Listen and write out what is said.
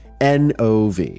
NOV